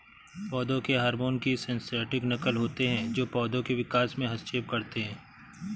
पौधों के हार्मोन की सिंथेटिक नक़ल होते है जो पोधो के विकास में हस्तक्षेप करते है